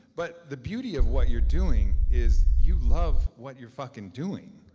but the beauty of what you're doing is you love what you're fucking doing.